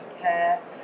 care